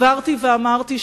הבהרתי ואמרתי,